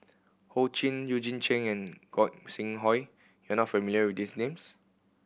Ho Ching Eugene Chen and Gog Sing Hooi you are not familiar with these names